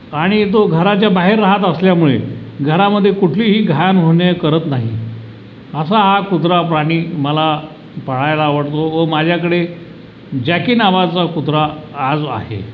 आणि तो घराच्या बाहेर राहत असल्यामुळे घरामध्ये कुठलीही घाण होणे करत नाही असा हा कुत्रा प्राणी मला पाळायला आवडतो व माझ्याकडे जॅकी नावाचा कुत्रा आज आहे